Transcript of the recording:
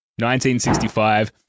1965